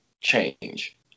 change